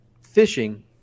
fishing